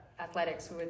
athletics